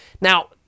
Now